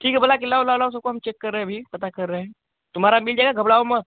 ठीक है बुला कर लाओ लाओ लाओ सबको हम चेक कर रहें अभी पता कर रहे हैं तुम्हारा मिल जाएगा घबराओ मत